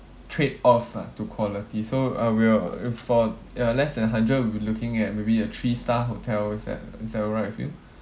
trade offs lah to quality so uh we'll for uh less than hundred we'll be looking at maybe a three star hotels is that is that alright with you